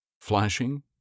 Flashing